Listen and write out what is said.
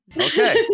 okay